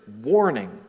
warning